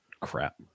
crap